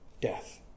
death